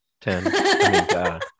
Ten